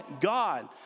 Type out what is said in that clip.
God